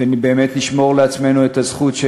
ובאמת נשמור לעצמנו את הזכות של